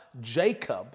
Jacob